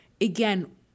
Again